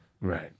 Right